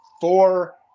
four